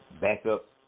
backup